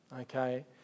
okay